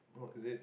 oh is it